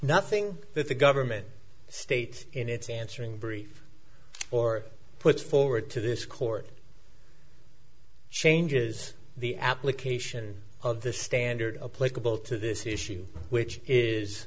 nothing that the government state in its answering brief or put forward to this court changes the application of the standard political to this issue which is